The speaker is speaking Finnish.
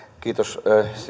kiitos